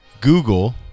Google